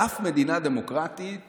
באף מדינה דמוקרטית